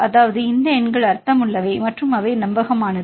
அதாவது இந்த எண்கள் அர்த்தமுள்ளவை மற்றும் அவை நம்பகமானது